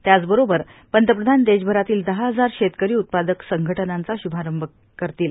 त्याचबरोबर पंतप्रधान देशभरातील दहा हजार शेतकरी उत्पादक संघटनांचा शुभारंभ करतील